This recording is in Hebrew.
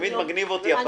מגניב אותי הפתיח.